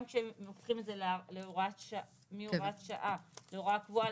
גם כשהופכים את זה מהוראת שעה להוראה קבועה,